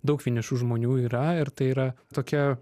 daug vienišų žmonių yra ir tai yra tokia